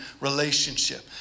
relationship